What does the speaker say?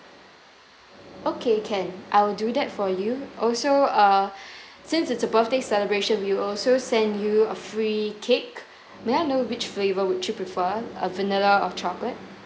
okay can I'll do that for you also err since it's a birthday celebration we'll also send you a free cake may I know which flavor would you prefer a vanilla or chocolate